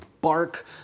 bark